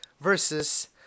versus